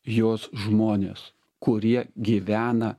jos žmonės kurie gyvena